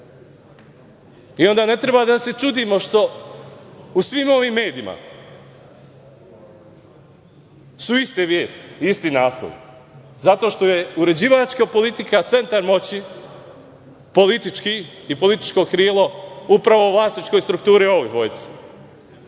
ne treba da se čudimo što u svim ovim medijima su iste vesti, isti naslovi, zato što je uređivačka politika centar moći političkih i političko krilo upravo u vlasničkoj strukturi … koji